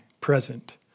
present